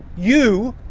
you,